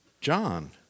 John